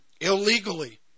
illegally